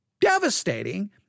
devastating